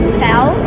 fell